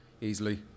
easily